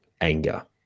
anger